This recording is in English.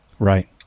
right